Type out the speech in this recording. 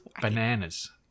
Bananas